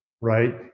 right